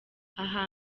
aha